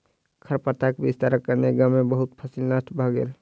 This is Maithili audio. खरपातक विस्तारक कारणेँ गाम में बहुत फसील नष्ट भ गेल